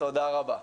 תודה רבה.